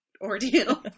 ordeal